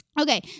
Okay